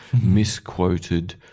misquoted